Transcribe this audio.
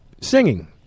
singing